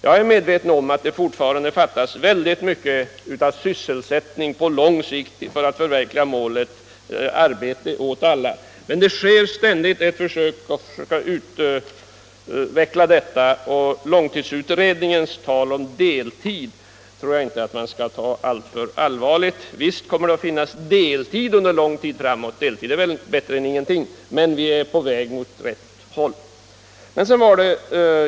Jag är medveten om att det fortfarande återstår väldigt mycket att göra på lång sikt för att förverkliga målet arbete åt alla. Men det sker ständigt försök att utveckla dessa ansträngningar, och långtidsutredningens tal om deltid tror jag inte att man skall ta alltför allvarligt. Visst kommer det att finnas deltidsarbeten under lång tid framöver — sådana är bättre än inget arbete alls —- men jag vill säga att vi är på väg åt rätt håll.